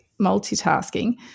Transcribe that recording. multitasking